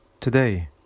Today